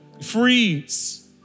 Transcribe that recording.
freeze